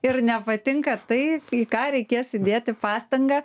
ir nepatinka tai į ką reikės įdėti pastangą